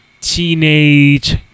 teenage